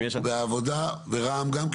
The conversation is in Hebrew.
וגם רע"מ?